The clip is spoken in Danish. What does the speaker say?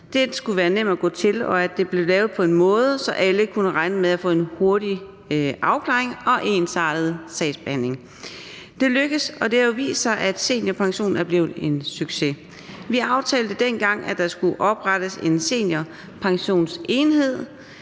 Det skulle være nemt at gå til, og det blev lavet på en måde, så alle kunne regne med at få en hurtig afklaring og ensartet sagsbehandling. Det lykkedes, og det har jo vist sig, at seniorpensionen er blevet en succes. Vi aftalte dengang, at der skulle oprettes en Seniorpensionsenhed,